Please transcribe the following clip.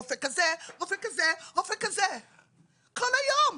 רופא כזה, רופא כזה! כל היום!